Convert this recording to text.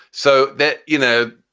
so that, you know,